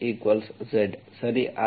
ಸರಿ